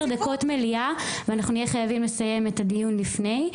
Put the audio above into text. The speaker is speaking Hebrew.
דקות מליאה ואנחנו נהיה חייבים לסיים את הדיון לפני,